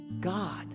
God